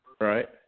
Right